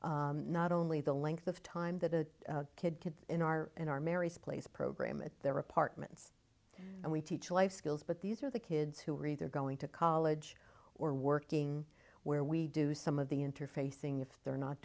not only the length of time that a kid could in our in our mary's place program at their apartments and we teach life skills but these are the kids who are either going to college or working where we do some of the interfacing if they're not